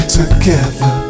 together